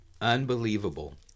Unbelievable